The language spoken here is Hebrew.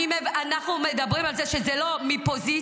אנחנו מדברים על זה שזה לא מפוזיציה?